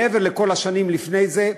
מעבר לכל השנים לפני זה,